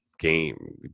game